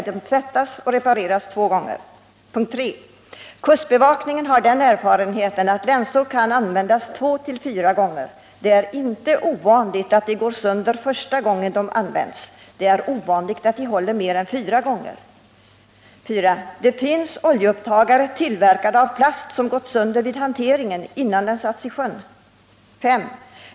3. Kustbevakningen har den erfarenheten att länsor kan användas 24 ggr, det är inte ovanligt att de går sönder första gången de används. Det är ovanligt att de håller mer än 4 ggr. 4. Det finns oljeupptagare tillverkade av plast som har gått sönder vid hanteringen innan de satts i sjön. 5.